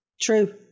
True